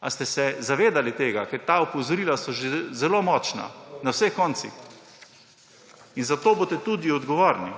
Ali ste se zavedali tega? Ker ta opozorila so že zelo močna na vseh koncih. In za to boste tudi odgovorni.